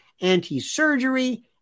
anti-surgery